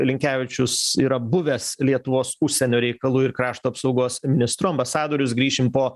linkevičius yra buvęs lietuvos užsienio reikalų ir krašto apsaugos ministru ambasadorius grįšim po